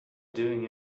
doing